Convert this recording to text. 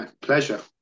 Pleasure